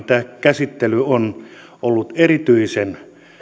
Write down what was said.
tämä käsittely on ollut erityisen